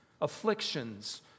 afflictions